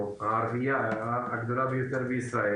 העירייה הגדולה ביותר בישראל .